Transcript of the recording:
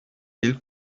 ils